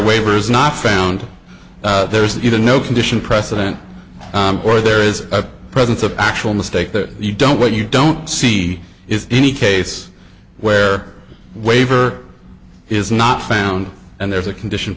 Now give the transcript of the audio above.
waivers not found there's even no condition precedent or there is a presence of actual mistake that you don't what you don't see is any case where a waiver is not found and there's a condition